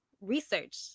research